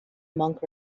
monk